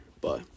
bye